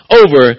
over